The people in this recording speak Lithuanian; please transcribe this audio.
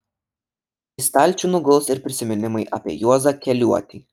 į stalčių nuguls ir prisiminimai apie juozą keliuotį